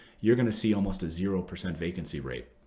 you're going to see almost a zero percent vacancy rate.